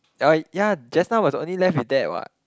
uh yeah just now was only left with that [what]